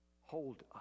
Hold